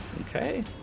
Okay